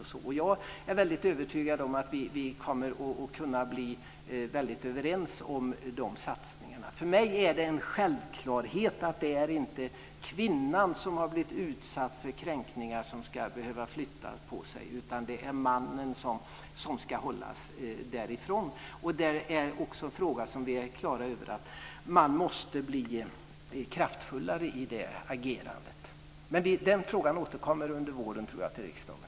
Jag är övertygad om att vi kommer att kunna komma överens om de satsningarna. För mig är det en självklarhet att det inte är kvinnan som har blivit utsatt för kränkningar som ska behöva flytta på sig, utan det är mannen som ska hållas därifrån. Vi är klara över att man måste bli kraftfullare i agerandet. Men den frågan återkommer under våren, tror jag, till riksdagen.